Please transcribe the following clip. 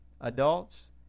adults